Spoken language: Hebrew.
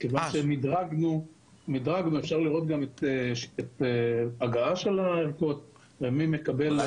מדרגנו את ההגעה של הערכות ומי מקבל.